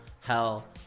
Hell